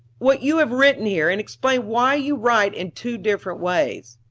what you have written here, and explain why you write in two different ways?